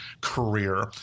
career